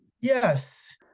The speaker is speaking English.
yes